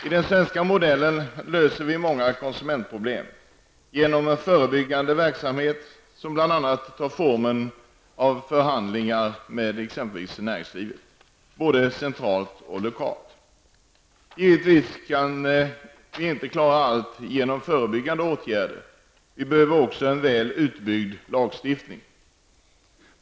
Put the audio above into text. I den svenska modellen löser vi många konsumentproblem genom förebyggande verksamhet, som bl.a. har formen av förhandlingar med näringslivet, både centralt och lokalt. Givetvis kan vi inte klara allt genom förebyggande åtgärder. Vi behöver också en väl utbyggd lagstiftning.